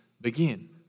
begin